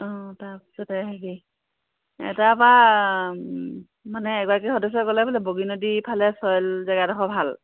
অঁ তাৰ পিছতে হেৰি এ তাৰ পৰা মানে এগৰাকী সদস্যই ক'লে বোলে বগীনদী ফালে চইল জেগাডোখৰ ভাল